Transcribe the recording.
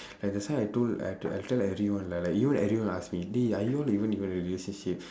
like that's why I told I told I tell everyone like like even everyone ask me D are you all even in a relationship